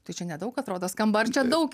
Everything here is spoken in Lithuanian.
tai čia nedaug atrodo skamba ar čia daug